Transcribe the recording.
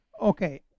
Okay